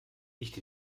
nicht